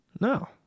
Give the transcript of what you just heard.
No